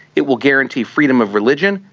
it will guarantee freedom of religion,